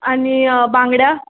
आणि बांगड्या